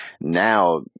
now